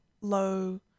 low